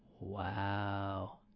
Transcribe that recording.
Wow